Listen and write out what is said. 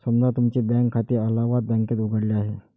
समजा तुमचे बँक खाते अलाहाबाद बँकेत उघडले आहे